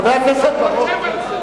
חבר הכנסת בר-און,